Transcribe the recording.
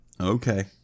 Okay